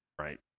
Right